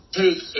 take